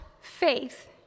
faith